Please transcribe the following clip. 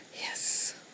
Yes